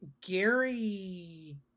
Gary